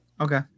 Okay